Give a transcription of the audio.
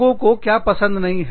लोगों को क्या पसंद नहीं है